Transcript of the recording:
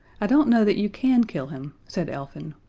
i don't know that you can kill him, said elfin,